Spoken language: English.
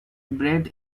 bred